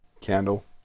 Candle